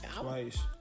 Twice